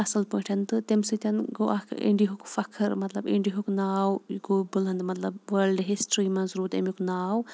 اَصٕل پٲٹھۍ تہٕ تَمہِ سۭتۍ گوٚو اَکھ اِنڈِہُک فخر مطلب اِنڈِہُک ناو یہِ گوٚو بُلنٛد مطلب وٲلڈٕ ہِسٹِرٛی منٛز روٗد اَمیُک ناو